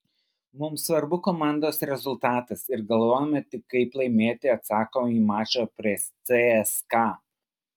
mums svarbu komandos rezultatas ir galvojame tik kaip laimėti atsakomąjį mačą prieš cska